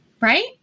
right